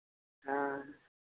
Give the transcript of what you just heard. हाँ